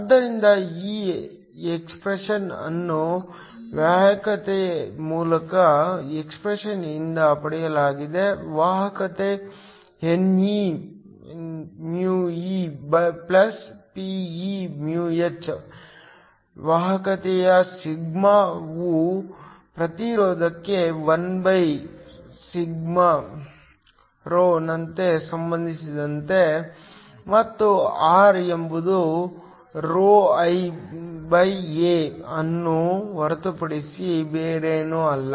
ಆದ್ದರಿಂದ ಈ ಎಕ್ಸ್ಪ್ರೆಶನ್ ಅನ್ನು ವಾಹಕತೆಯ ಮೂಲ ಎಕ್ಸ್ಪ್ರೆಶನ್ ಯಿಂದ ಪಡೆಯಲಾಗಿದೆ ವಾಹಕತೆ ne μe p e μh ವಾಹಕತೆಯ ಸಿಗ್ಮಾವು ಪ್ರತಿರೋಧಕ್ಕೆ 1ρ ನಂತೆ ಸಂಬಂಧಿಸಿದೆ ಮತ್ತು r ಎಂಬುದು ρlA ಅನ್ನು ಹೊರತುಪಡಿಸಿ ಬೇರೇನೂ ಅಲ್ಲ